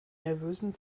nervösen